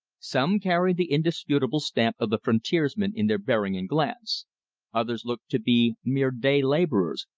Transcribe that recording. some carried the indisputable stamp of the frontiersman in their bearing and glance others looked to be mere day-laborers,